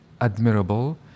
admirable